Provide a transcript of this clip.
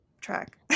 track